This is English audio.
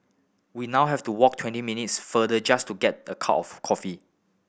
we now have to walk twenty minutes further just to get the cup of coffee